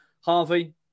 Harvey